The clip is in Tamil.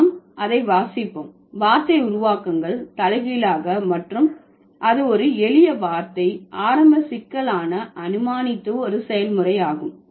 நாம் அதை வாசிப்போம் வார்த்தை உருவாக்கங்கள் தலைகீழாக மற்றும் அது ஒரு எளிய வார்த்தை ஆரம்ப சிக்கலான அனுமானித்து ஒரு செயல்முறை ஆகும்